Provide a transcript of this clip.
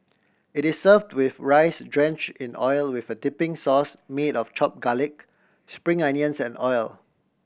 it is served with rice drench in oil with a dipping sauce made of chop garlic spring onions and oil